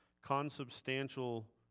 consubstantial